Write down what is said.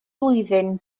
flwyddyn